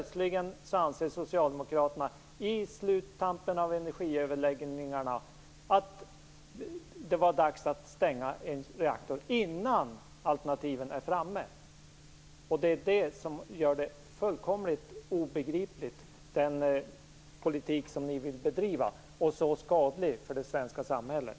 Nu anser Socialdemokraterna helt plötsligt, i sluttampen av energiöverläggningarna, att det är dags att stänga en reaktor, innan alternativen är framme. Det är det som gör den politik som ni vill driva fullkomligt obegriplig och så skadlig för det svenska samhället.